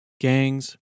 gangs